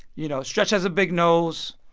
you know, stretch has a big nose.